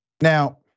Now